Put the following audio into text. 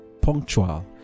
punctual